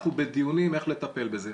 אנחנו בדיונים איך לטפל בזה.